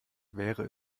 wäre